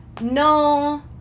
No